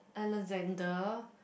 Alexander